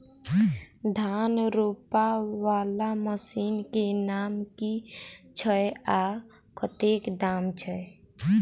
धान रोपा वला मशीन केँ नाम की छैय आ कतेक दाम छैय?